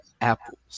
apples